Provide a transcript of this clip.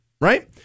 right